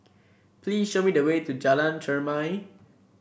please show me the way to Jalan Chermai